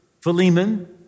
Philemon